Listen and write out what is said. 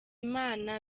imana